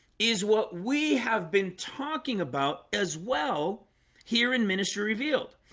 is what we have been talking about as well here in ministry revealed